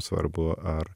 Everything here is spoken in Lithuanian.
svarbu ar